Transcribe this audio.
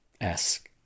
Ask